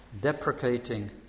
deprecating